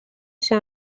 się